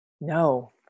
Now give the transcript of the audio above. No